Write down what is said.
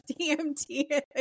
DMT